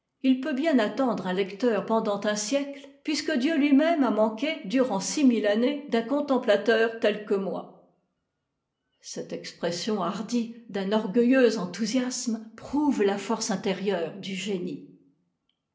il peut bien attendre un lecteur pendant un siècle puisque dieu lui-même a manqué durant six mille années d'un contemplateur tel que moi cette expression hardie d'un orgueilleux enthousiasme prouve la force intérieure du génie